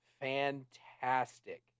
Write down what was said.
fantastic